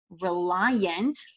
reliant